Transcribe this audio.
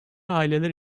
aileler